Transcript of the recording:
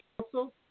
council